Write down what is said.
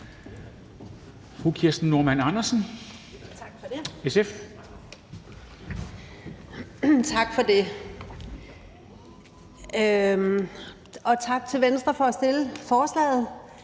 Tak for det, og tak til Venstre for at fremsætte forslaget.